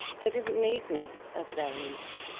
they didn't need me over there in england.